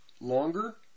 longer